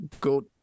Go